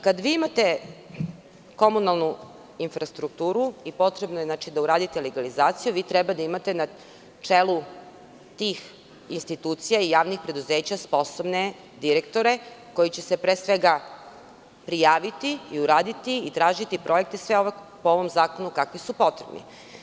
Kada imate komunalnu infrastrukturu i potrebno je da uradite legalizaciju, treba da imate na čelu tih institucija i javnih preduzeća sposobne direktori koji će se prijaviti, uraditi i tražiti projekte po ovom zakonu kakvi su potrebni.